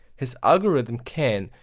his algorithm can,